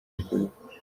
gikorwa